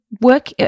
work